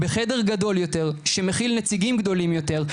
בחדר גדול יותר שמכיל נציגים גדולים יותר,